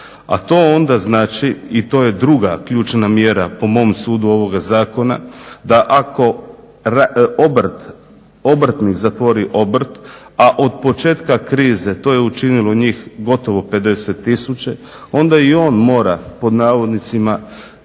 a to onda znači i to je druga ključna mjera po mom sudu ovoga zakona da ako obrt, obrtnik zatvori obrt a od početka krize to je učinilo njih gotovo 50000, onda i on mora pod navodnicima